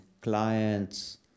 clients